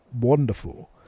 wonderful